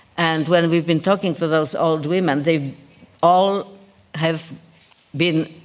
and when we've been talking to those old women, they all have been